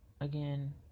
again